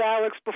Alex